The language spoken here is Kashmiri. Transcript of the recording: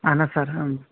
اہن حظ سَر